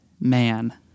Man